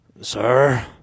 Sir